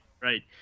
Right